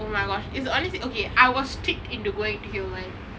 oh my gosh it's honestly okay I was tricked into going into